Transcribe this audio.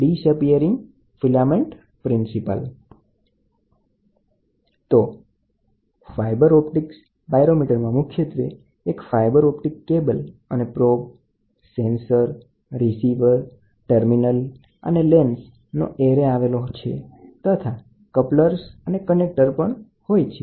fibre optic pyrometer fibre optic પાયરોમીટરમા મુખ્યત્વે એક ફાઇબર ઓપ્ટિક કેબલ અને probe sensor receiver terminals lens તથા કપલર્સ અને કનેક્ટર ની શ્રેણી આવેલી હોય છે